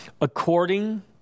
according